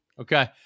Okay